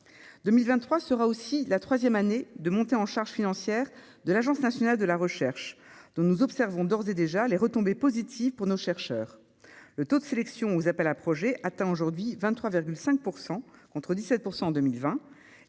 2023 sera aussi la troisième année de montée en charge financière de l'Agence nationale de la recherche, dont nous observons d'ores et déjà les retombées positives pour nos chercheurs : le taux de sélection aux appels à projets atteint aujourd'hui 23,5 %, contre 17 % en 2020,